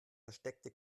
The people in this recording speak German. versteckte